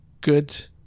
good